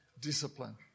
discipline